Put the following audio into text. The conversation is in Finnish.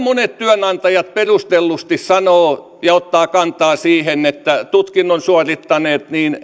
monet työnantajat perustellusti sanovat ja ottavat kantaa siihen että tutkinnon suorittaneet